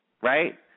right